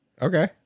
Okay